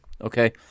okay